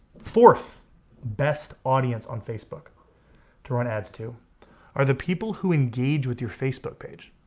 fourth best audience on facebook to run ads to are the people who engage with your facebook page.